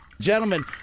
Gentlemen